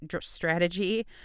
strategy